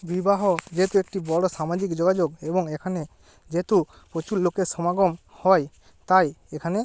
বিবাহ যেহেতু একটি বড় সামাজিক যোগাযোগ এবং এখানে যেহেতু প্রচুর লোকের সমাগম হয় তাই এখানে